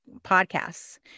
podcasts